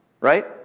right